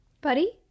buddy